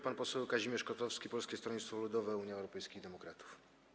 Pan poseł Kazimierz Kotowski, Polskie Stronnictwo Ludowe - Unia Europejskich Demokratów.